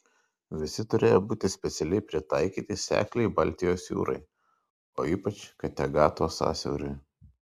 visi turėjo būti specialiai pritaikyti sekliai baltijos jūrai o ypač kategato sąsiauriui